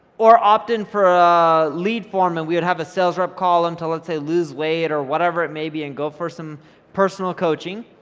or opt in for a lead form and we would have a sales rep call em to, let's say, lose weight or whatever it may be and go for some personal coaching,